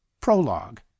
Prologue